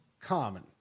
common